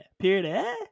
Period